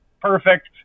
Perfect